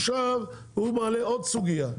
עכשיו הוא מעלה עוד סוגיה,